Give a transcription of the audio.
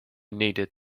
needed